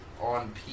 on